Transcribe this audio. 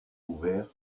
ouvert